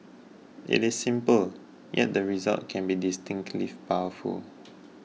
it is simple yet the results can be distinctly powerful